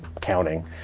counting